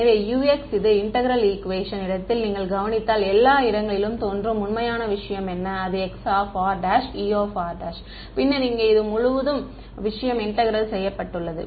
எனவே Ux இது integral equation இடத்தில் நீங்கள் கவனித்தால் எல்லா இடங்களிலும் தோன்றும் உண்மையான விஷயம் என்ன அது χrEr பின்னர் இங்கே மற்றும் இது முழு விஷயம் இன்டெக்ரேல் செய்யப்பட்டது